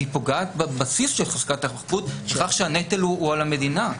והיא פוגעת בבסיס של חזקת החפות בכך שהנטל הוא על המדינה.